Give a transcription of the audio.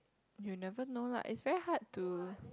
you never know lah it's very hard to